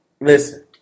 Listen